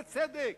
בצדק: